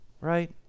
right